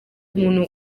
umuntu